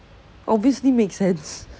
obviously makes sense